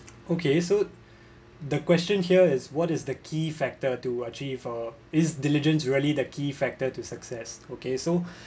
okay so the question here is what is the key factor to achieve uh is diligence really the key factor to success okay so